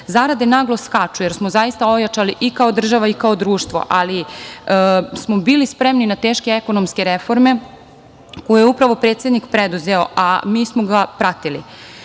evra. Zarade naglo skaču, jer smo zaista ojačali i kao država i kao društvo, ali smo bili spremni na teške ekonomske reforme, koje je upravo predsednik preduzeo, a mi smo ga pratili. Mislim